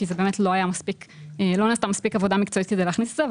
כי זה לא נעשתה מספיק עבודה מקצועית כדי להכניס את זה.